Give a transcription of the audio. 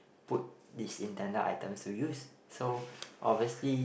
put these intended items to use so obviously